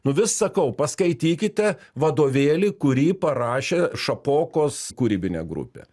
nu vis sakau paskaitykite vadovėlį kurį parašė šapokos kūrybinė grupė